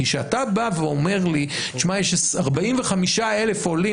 כשאתה בא ואומר לי שיש 45,000 עולים,